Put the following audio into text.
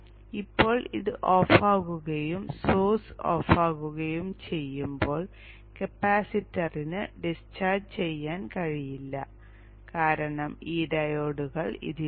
ഇപ്പോൾ ഇത് ഓഫാകുകയും സോഴ്സ് ഓഫാകുകയും ചെയ്യുമ്പോൾ കപ്പാസിറ്ററിന് ഡിസ്ചാർജ് ചെയ്യാൻ കഴിയില്ല കാരണം ഈ ഡയോഡുകൾ ഇതിലുണ്ട്